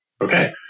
Okay